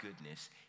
goodness